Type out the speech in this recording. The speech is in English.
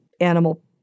animal